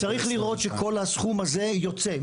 100%. צריך לראות שכל הסכום הזה יוצא.